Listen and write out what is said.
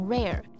Rare